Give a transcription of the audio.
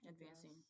advancing